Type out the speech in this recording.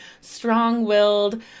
strong-willed